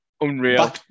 Unreal